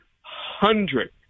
hundred